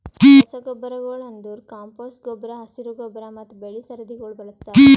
ರಸಗೊಬ್ಬರಗೊಳ್ ಅಂದುರ್ ಕಾಂಪೋಸ್ಟ್ ಗೊಬ್ಬರ, ಹಸಿರು ಗೊಬ್ಬರ ಮತ್ತ್ ಬೆಳಿ ಸರದಿಗೊಳ್ ಬಳಸ್ತಾರ್